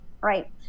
right